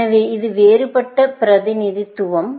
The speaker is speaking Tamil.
எனவே இது வேறுபட்ட பிரதிநிதித்துவம்